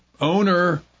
owner